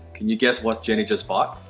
can you guess what jennie just bought?